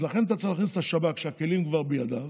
לכן אתה צריך להכניס את השב"כ, שהכלים כבר בידיו,